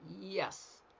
Yes